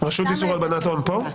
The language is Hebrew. --- נציגי הרשות לאיסור הלבנת הון פה?